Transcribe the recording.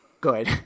good